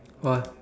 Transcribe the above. !wah!